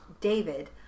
david